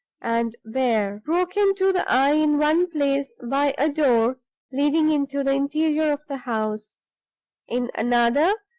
and bare broken to the eye in one place by a door leading into the interior of the house in another,